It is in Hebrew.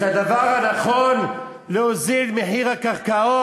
את הדבר הנכון: להוזיל את הקרקעות.